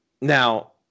now